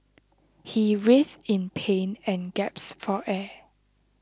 he writhed in pain and gaps for air